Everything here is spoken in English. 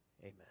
amen